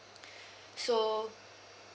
so